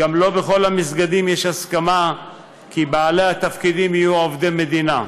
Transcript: גם לא בכל המסגדים יש הסכמה שבעלי התפקידים יהיו עובדי מדינה.